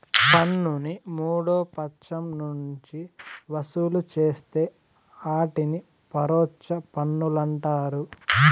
పన్నుని మూడో పచ్చం నుంచి వసూలు చేస్తే ఆటిని పరోచ్ఛ పన్నులంటారు